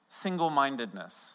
Single-mindedness